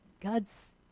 God's